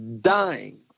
Dying